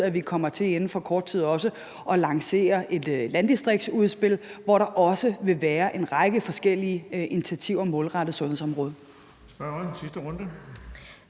at vi kommer til inden for kort tid at lancere et landdistriktsudspil, hvor der også vil være en række forskellige initiativer målrettet sundhedsområdet.